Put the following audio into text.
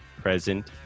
present